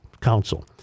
council